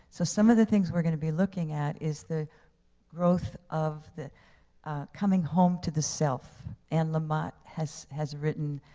so some of the things we're going to be looking at is the growth of the coming home to the self, and lamont has has written,